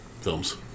films